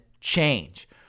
change